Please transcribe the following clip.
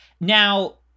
now